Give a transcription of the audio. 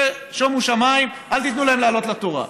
שומו שמיים, אל תיתנו להם לעלות לתורה.